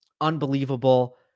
unbelievable